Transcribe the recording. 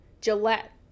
Gillette